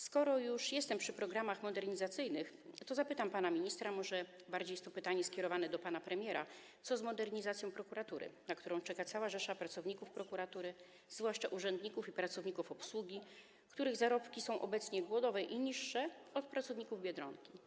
Skoro już jestem przy programach modernizacyjnych, to zapytam pana ministra, choć może bardziej jest to pytanie skierowane do pana premiera, co z modernizacją prokuratury, na którą czeka cała rzesza pracowników prokuratury, zwłaszcza urzędników i pracowników obsługi, których zarobki są obecnie głodowe i niższe od zarobków pracowników Biedronki.